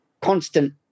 constant